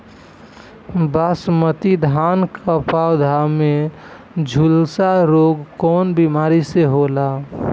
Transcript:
बासमती धान क पौधा में झुलसा रोग कौन बिमारी से होला?